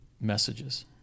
messages